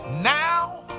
now